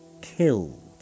killed